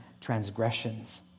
transgressions